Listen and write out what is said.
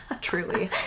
Truly